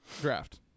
draft